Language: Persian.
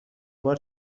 بار